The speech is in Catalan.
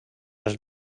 els